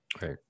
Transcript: Right